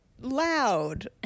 loud